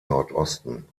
nordosten